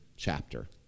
chapter